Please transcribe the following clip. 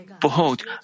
Behold